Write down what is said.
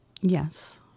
Yes